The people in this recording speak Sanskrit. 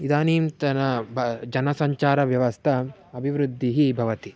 इदानीन्तन ब जनसञ्चारव्यवस्थायाः अभिवृद्धिः भवति